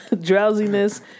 drowsiness